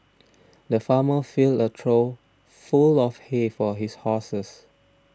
the farmer filled a trough full of hay for his horses